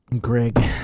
greg